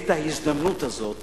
את ההזדמנות הזאת